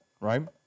right